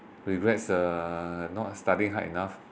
regrets err not studying hard enough